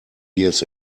years